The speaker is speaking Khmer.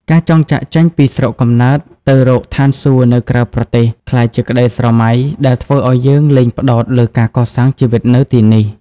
ការចង់ចាកចេញពីស្រុកកំណើតទៅរក "ឋានសួគ៌" នៅក្រៅប្រទេស ក្លាយជាក្តីស្រមៃដែលធ្វើឱ្យយើងលែងផ្តោតលើការកសាងជីវិតនៅទីនេះ។